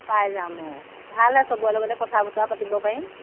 পাই যাম অঁ ভালে চবৰ লগতে কথা বতৰা পাতিব পাৰিম